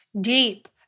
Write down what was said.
deep